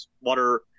water